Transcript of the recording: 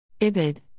Ibid